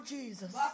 Jesus